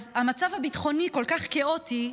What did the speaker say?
אז המצב הביטחוני כל כך כאוטי,